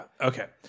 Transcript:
Okay